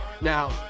Now